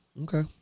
Okay